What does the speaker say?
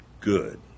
good